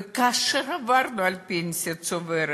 וכאשר עברנו לפנסיה צוברת,